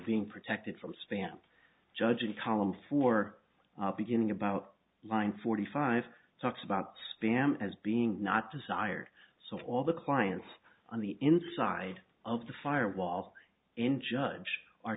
being protected from spam judging columns for beginning about line forty five talks about spam as being not desired so all the clients on the inside of the firewall and judge are